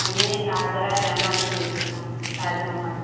हमें आगरा जाना है देखना ताजमहल